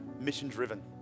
mission-driven